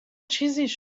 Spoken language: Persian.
چیزیش